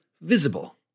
visible